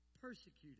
persecuted